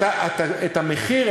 את המחיר,